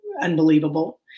unbelievable